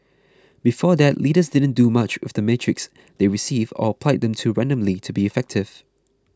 before that leaders didn't do much with the metrics they received or applied them too randomly to be effective